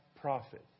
profit